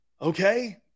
Okay